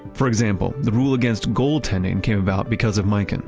for example, the rule against goaltending came about because of mikan.